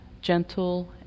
gentle